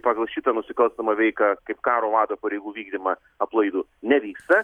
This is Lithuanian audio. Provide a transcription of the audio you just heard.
pagal šitą nusikalstamą veiką kaip karo vado pareigų vykdymą aplaidų nevyksta